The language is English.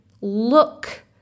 look